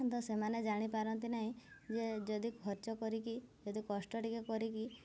ତ ସେମାନେ ଜାଣିପାରନ୍ତି ନାହିଁ ଯେ ଯଦି ଖର୍ଚ୍ଚ କରିକି ଯଦି କଷ୍ଟ ଟିକେ କରିକି